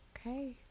Okay